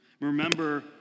Remember